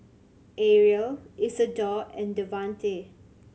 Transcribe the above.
Ariel Isadore and Davante